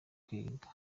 kwiga